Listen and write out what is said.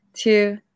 two